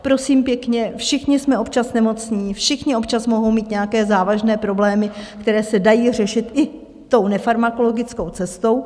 Prosím pěkně, všichni jsme občas nemocní, všichni občas mohou mít nějaké závažné problémy, které se dají řešit i nefarmakologickou cestou.